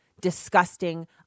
disgusting